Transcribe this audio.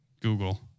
Google